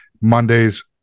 Mondays